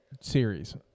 series